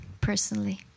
personally